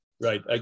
Right